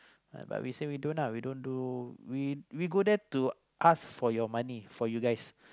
but we say we don't uh we don't do we we go there to ask for your money for you guys